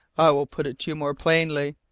i will put it to you more plainly.